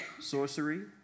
sorcery